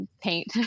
paint